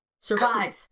survive